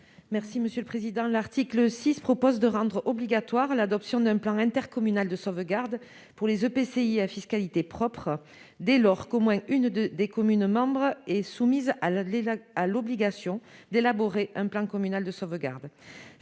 Mme Maryse Carrère. L'article 6 de cette proposition de loi rend obligatoire l'adoption d'un plan intercommunal de sauvegarde pour les EPCI à fiscalité propre, dès lors qu'au moins une des communes membres est soumise à l'obligation d'élaborer un plan communal de sauvegarde.